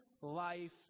life